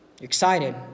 excited